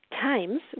times